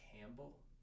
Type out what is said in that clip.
Campbell